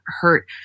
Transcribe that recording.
hurt